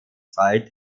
zeit